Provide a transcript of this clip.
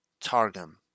Targum